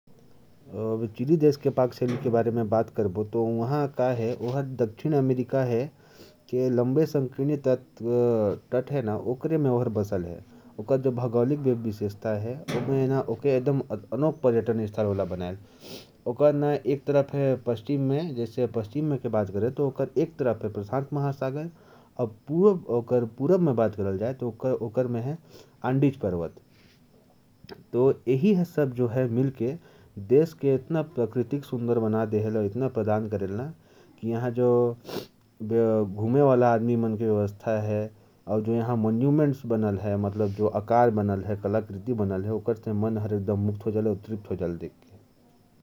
चिली देश की पाक शैली के बारे में बात करें तो, यह दक्षिण अमेरिका के तट से जुड़ा हुआ है। इसका भौगोलिक क्षेत्र इसे एक प्रमुख पर्यटन स्थल बनाता है। इसके पश्चिम में प्रशांत महासागर है और पूर्व में एंडीज पर्वत। और यहां की कला कृतियों को देखकर मन बहुत तृप्त हो जाता है, जो पर्यटन को और बढ़ावा देती हैं।